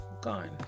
gone